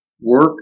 work